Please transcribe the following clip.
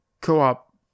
co-op